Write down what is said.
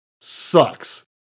sucks